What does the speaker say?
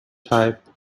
type